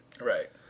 Right